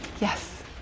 Yes